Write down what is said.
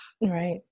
right